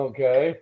Okay